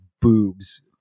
boobs